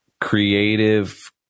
creative